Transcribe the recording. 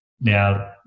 Now